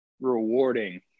rewarding